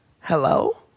Hello